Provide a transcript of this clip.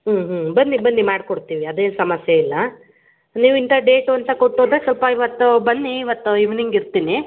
ಹ್ಞೂ ಹ್ಞೂ ಬನ್ನಿ ಬನ್ನಿ ಮಾಡಿ ಕೊಡ್ತೀವಿ ಅದೇನು ಸಮಸ್ಯೆ ಇಲ್ಲ ನೀವು ಇಂಥ ಡೇಟು ಅಂತ ಕೊಟ್ಟೋದ್ರೆ ಸ್ವಲ್ಪ ಇವತ್ತು ಬನ್ನೀ ಇವತ್ತು ಇವ್ನಿಂಗ್ ಇರ್ತೀನಿ